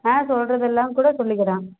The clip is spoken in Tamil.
ஆ சொல்லுறதெல்லாம் கூட சொல்லிக்கிறான்